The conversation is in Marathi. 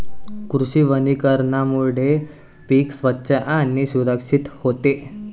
कृषी वनीकरणामुळे पीक स्वच्छ आणि सुरक्षित होते